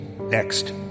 Next